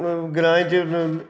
ग्राएं च